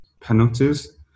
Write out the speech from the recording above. penalties